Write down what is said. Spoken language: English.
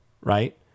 Right